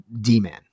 D-man